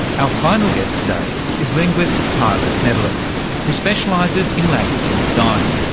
our final guest today is linguist tyler schnoebelen who specialises in language and design.